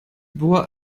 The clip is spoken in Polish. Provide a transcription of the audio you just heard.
była